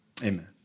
amen